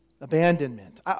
Abandonment